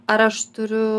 ar aš turiu